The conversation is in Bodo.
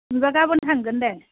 बिदिब्ला गाबोन थांगोन दे